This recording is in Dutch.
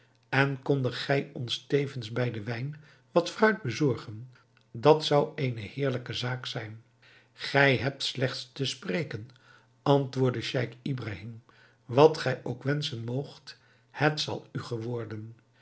en kondet gij ons tevens bij den wijn wat fruit bezorgen dat zou eene heerlijke zaak zijn gij hebt slechts te spreken antwoordde scheich ibrahim wat gij ook wenschen moogt het zal u geworden